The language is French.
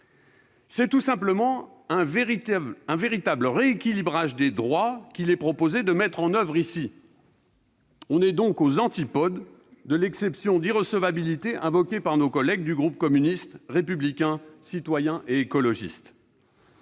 C'est tout simplement un véritable rééquilibrage des droits qu'il est proposé de mettre en oeuvre ici. On est donc aux antipodes de l'exception d'irrecevabilité invoquée par nos collègues du groupe communiste républicain citoyen et écologiste.